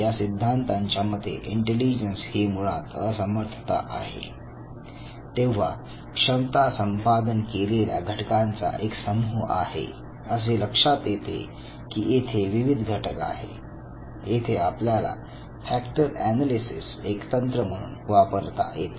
या सिद्धांतांच्या मते इंटेलिजन्स ही मुळात असमर्थता आहे तेव्हा क्षमता संपादन केलेल्या घटकांचा एक समूह आहे असे लक्षात येते की येथे विविध घटक आहे येथे आपल्याला फॅक्टर एनालिसिस एक तंत्र म्हणून वापरता येते